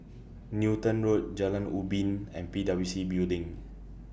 Newton Road Jalan Ubin and P W C Building